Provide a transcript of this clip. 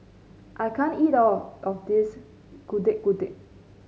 I can't eat all of this Getuk Getuk